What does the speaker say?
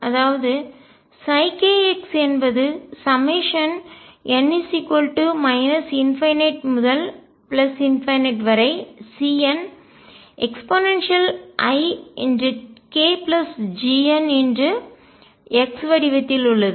அதாவது kx என்பது n ∞CneikGnxவடிவத்தில் உள்ளது